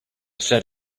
said